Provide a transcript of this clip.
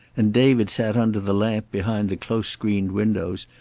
and david sat under the lamp behind the close-screened windows,